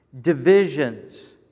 divisions